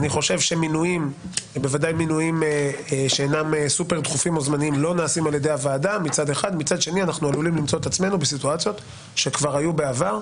אנחנו עלולים למצוא את עצמנו בסיטואציות שכבר היו בעבר,